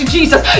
Jesus